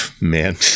Man